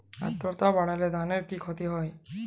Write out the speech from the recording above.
আদ্রর্তা বাড়লে ধানের কি ক্ষতি হয়?